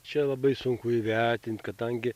čia labai sunku įvertint kadangi